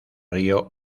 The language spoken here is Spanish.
río